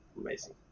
amazing